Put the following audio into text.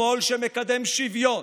שמאל שמקדם שוויון,